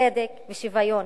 צדק ושוויון.